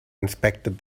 inspected